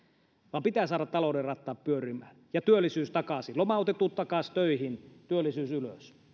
vaan pitää saada talouden rattaat pyörimään ja työllisyys takaisin lomautetut takaisin töihin työllisyys ylös